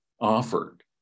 offered